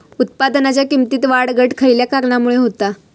उत्पादनाच्या किमतीत वाढ घट खयल्या कारणामुळे होता?